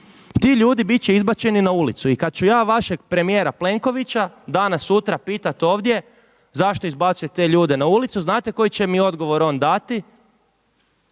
Ti ljudi bit će izbačeni na ulicu. I kad ću ja vašeg premijera Plenkovića danas sutra pitat ovdje zašto izbacuje te ljude na ulicu? Znate koji će mi odgovor on dati?